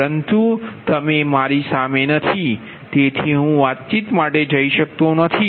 પરતુ અહીં તમે મારી સામે નથી તેથી હું વાતચીત માટે જઈ શકતો નથી